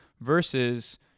versus